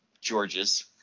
George's